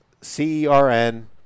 C-E-R-N